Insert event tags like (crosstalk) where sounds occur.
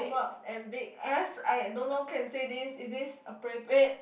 (noise) big ass I don't know can say this is this appropriate